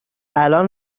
الان